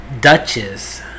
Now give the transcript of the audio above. Duchess